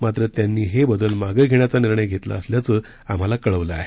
मात्र त्यांनी हे बदल मागे घेण्याचा निर्णय घेतला असल्याचं आम्हाला कळवलं आहे